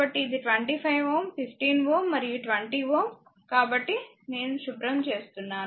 కాబట్టి ఇది 25 Ω 15Ω మరియు 20 Ω కాబట్టి ఇది నేను శుభ్రం చేస్తున్నాను